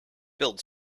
build